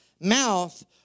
mouth